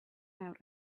out